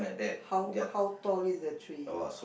how how tall is the tree